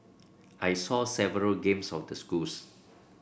I saw several games of the schools